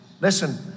Listen